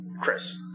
Chris